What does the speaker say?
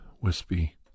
wispy